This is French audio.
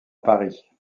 paris